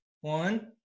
one